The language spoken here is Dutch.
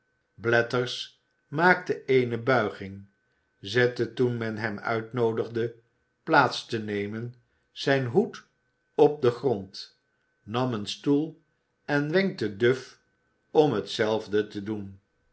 voorstellendeblathers maakte eene buiging zette toen men hem uitnoodigde plaats te nemen zijn hoed op den grond nam een stoel en wenkte duff om hetzelfde te doen